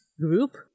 group